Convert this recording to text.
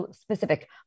specific